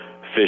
fish